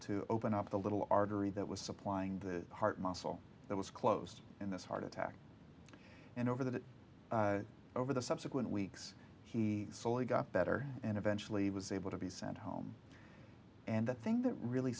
to open up the little artery that was supplying the heart muscle that was closed in this heart attack and over the over the subsequent weeks he slowly got better and eventually was able to be sent home and the thing that really